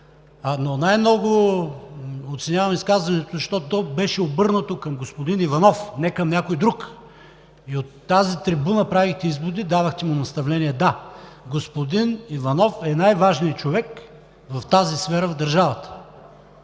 Но най-много оценявам изказването, защото то беше обърнато към господин Иванов – не към някой друг, и от тази трибуна, правейки изводи, дадохте му наставления. Да, господин Иванов е най-важният човек в тази сфера в държавата.